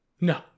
No